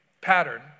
pattern